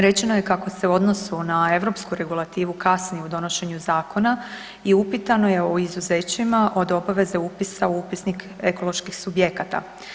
Rečeno je kako se u odnosu na europsku regulativu kasni u donošenju zakona i upitano je o izuzećima od obaveze upisa u Upisnik ekoloških subjekata.